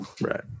Right